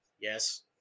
Yes